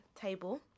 table